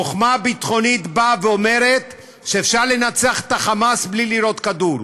חוכמה ביטחונית באה ואומרת שאפשר לנצח את ה"חמאס" בלי לירות כדור.